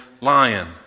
lion